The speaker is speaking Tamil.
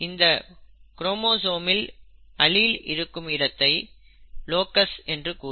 இந்த குரோமோசோமில் அலீல் இருக்கும் இடத்தை லோகஸ் என்று கூறுவர்